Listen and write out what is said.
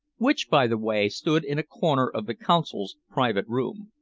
which, by the way, stood in a corner of the consul's private room.